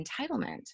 entitlement